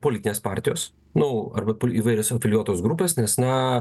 politinės partijos nu arba įvairios afiliuotos grupės nes na